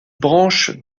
branches